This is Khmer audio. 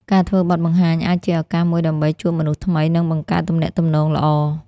ការធ្វើបទបង្ហាញអាចជាឱកាសមួយដើម្បីជួបមនុស្សថ្មី និងបង្កើតទំនាក់ទំនងល្អ។